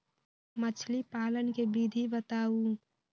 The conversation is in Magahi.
मछली पालन के विधि बताऊँ?